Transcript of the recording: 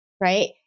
right